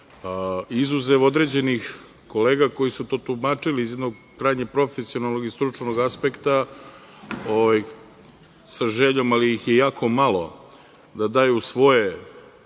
Izuzev određenih kolega koji su to tumačili iz jednog krajnje profesionalnog i stručnog aspekta sa željom, ali ih je jako malo, da daju svoje